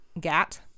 gat